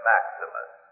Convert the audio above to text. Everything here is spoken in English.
Maximus